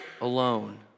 alone